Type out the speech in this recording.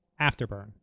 Afterburn